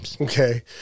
Okay